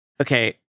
Okay